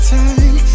time